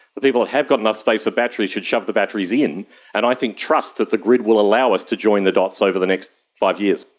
the people who have got enough space for batteries should shove the batteries in and i think trust that the grid will allow us to join the dots over the next five years.